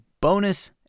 bonus